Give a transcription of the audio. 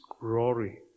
glory